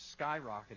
skyrocketing